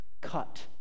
cut